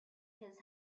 his